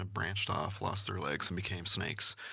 ah branched off, lost their legs, and became snakes.